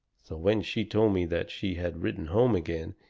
so when she told me that she had written home again,